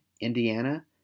Indiana